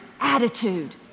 attitude